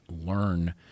learn